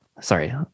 sorry